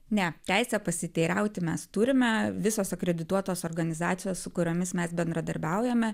ne teisę pasiteirauti mes turime visos akredituotos organizacijos su kuriomis mes bendradarbiaujame